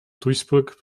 duisburg